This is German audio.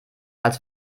als